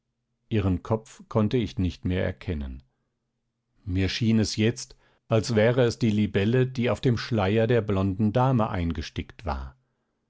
ihren kopf konnte ich nicht mehr erkennen mir schien es jetzt als wäre es die libelle die auf dem schleier der blonden dame eingestickt war